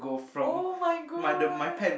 [oh]-my-god